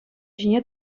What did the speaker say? ҫине